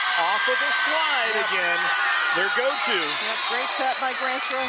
the the slide again the go-to. great set by granstra,